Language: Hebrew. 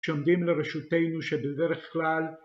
שעומדים לרשותנו שבדרך כלל